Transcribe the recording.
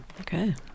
Okay